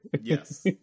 Yes